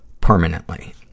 permanently